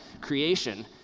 creation